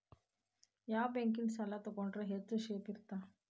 ಯಾವ ಬ್ಯಾಂಕಿನ ಸಾಲ ತಗೊಂಡ್ರೆ ಹೆಚ್ಚು ಸೇಫ್ ಇರುತ್ತಾ?